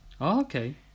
Okay